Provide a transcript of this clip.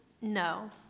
no